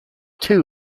two